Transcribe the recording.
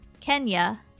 Kenya